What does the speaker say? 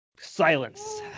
Silence